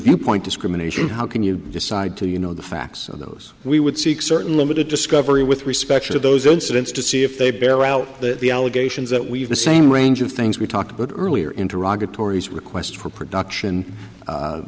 viewpoint discrimination how can you decide to you know the facts of those we would seek certain limited discovery with respect to those incidents to see if they bear out that the allegations that we've the same range of things we talked about earlier into raga tori's request for production